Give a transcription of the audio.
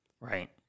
Right